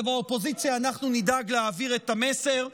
ובאופוזיציה אנחנו נדאג להעביר את המסר: